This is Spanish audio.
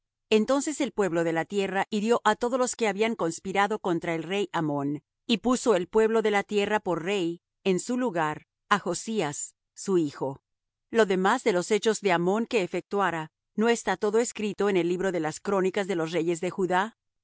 entonces el pueblo de la tierra hirió á todos los que habían conspirado contra el rey amón y puso el pueblo de la tierra por rey en su lugar á josías su hijo lo demás de los hechos de amón que efectuara no está todo escrito en el libro de las crónicas de los reyes de judá